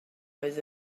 oedd